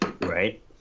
Right